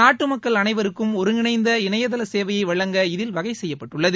நாட்டு மக்கள் அனைவருக்கும் ஒருங்கிணைந்த இணையதள சேவையை வழங்க இதில் வகை செய்யப்பட்டுள்ளது